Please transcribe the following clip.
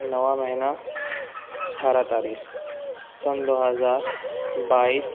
نواں مہینہ اٹھارہ تاریخ سن دو ہزار بائیس